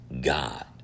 God